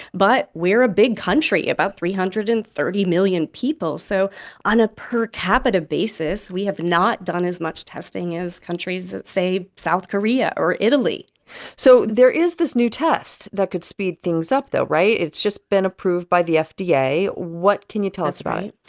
but we're a big country about three hundred and thirty million people. so on a per-capita basis, we have not done as much testing as countries say, south korea or italy so there is this new test that could speed things up though, right? it's just been approved by the fda. what can you tell us about it?